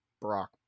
Brock